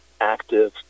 active